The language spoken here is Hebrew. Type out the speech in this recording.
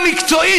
אני מבקש,